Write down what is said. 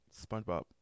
SpongeBob